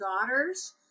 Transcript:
daughters